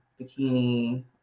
bikini